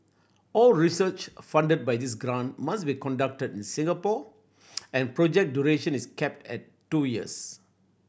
all research funded by this grant must be conducted in Singapore and project duration is capped at two years